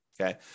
okay